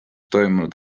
toimunud